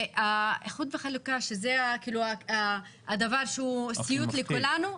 והאיחוד וחלוקה שזה הדבר שהוא סיוט לכולנו,